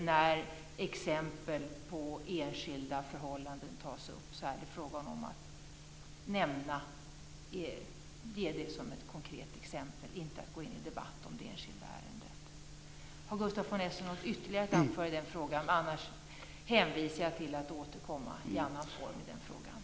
När exempel på enskilda förhållanden tas upp är det fråga om att ge det som ett konkret exempel, inte om att gå in i en debatt om det enskilda ärendet. Har Gustaf von Essen ytterligare något att anföra i den frågan? Annars hänvisar jag till möjligheten att återkomma i annan form i den frågan.